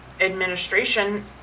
administration